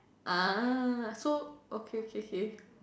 ah so okay okay okay